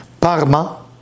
parma